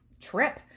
trip